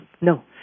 No